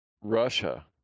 Russia